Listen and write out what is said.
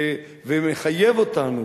ומחייב אותנו,